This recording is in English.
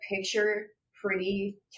picture-pretty